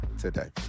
today